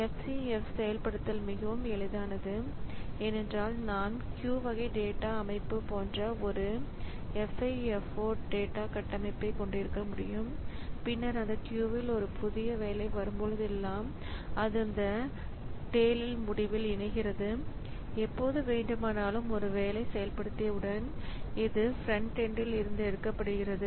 FCFS செயல்படுத்தல் மிகவும் எளிதானது ஏனென்றால் நான் q வகை டேட்டா அமைப்பு போன்ற ஒரு FIFO டேட்டா கட்டமைப்பைக் கொண்டிருக்க முடியும் பின்னர் அந்த q இல் ஒரு புதிய வேலை வரும்போதெல்லாம் அது அந்தக் டெல் முடிவில் இணைகிறது எப்போது வேண்டுமானாலும் ஒரு வேலை செயல்படுத்திய உடன் இது ஃபிரண்ட் எண்ட் இருந்து எடுக்கப்படுகிறது